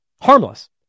Harmless